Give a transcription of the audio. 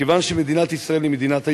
כיוון שמדינת ישראל היא מדינת היהודים,